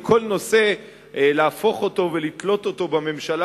וכל נושא להפוך אותו ולתלות אותו בממשלה